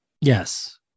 Yes